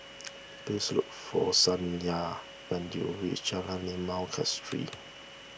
please look for Sonya when you reach Jalan Limau Kasturi